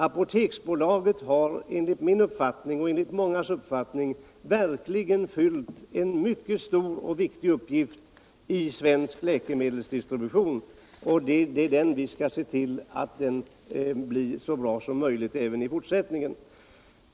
Apoteksbolaget har enligt min och många andras uppfattning verkligen fyllt en mycket stor och viktig uppgift i svensk läkemedelsdistribution, och vi skall se till att det blir så bra som möjligt även i fortsättningen.